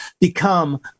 become